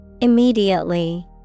Immediately